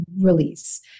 release